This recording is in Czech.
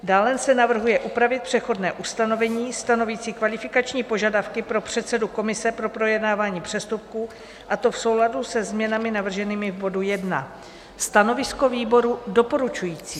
Dále se navrhuje upravit přechodné ustanovení stanovící kvalifikační požadavky pro předsedu komise pro projednávání přestupků, a to v souladu se změnami navrženými v bodu 1. Stanovisko výboru doporučující.